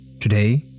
Today